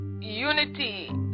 unity